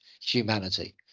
humanity